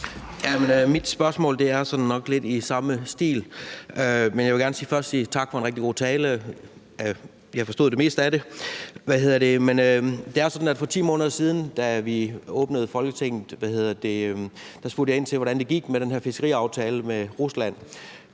Mit spørgsmål er nok lidt i samme stil. Men jeg vil gerne først sige tak for en rigtig god tale. Jeg forstod det meste af det. Det er sådan, at for 10 måneder siden, da vi åbnede Folketinget, spurgte jeg ind til, hvordan det gik med den her fiskeriaftale med Rusland.